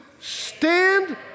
stand